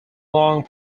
long